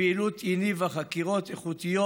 הפעילות הניבה חקירות איכותיות,